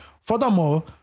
Furthermore